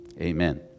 amen